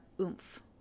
oomph